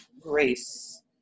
grace